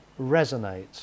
resonates